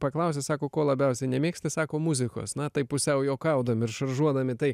paklausti sako ko labiausiai nemėgsti sako muzikos na taip pusiau juokaudami ir šaržuodami tai